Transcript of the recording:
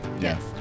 Yes